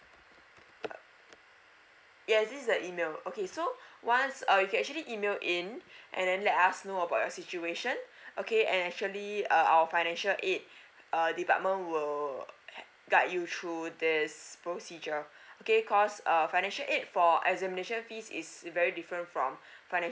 yes this is the email okay so once uh you can actually email in and then let us know about your situation okay and actually uh our financial aid err department will guide you through this procedure okay cause err financial aid for examination fees is very different from financial